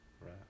Right